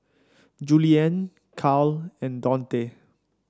Juliann Kyle and Dontae